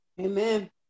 Amen